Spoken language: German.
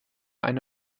eine